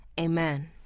Amen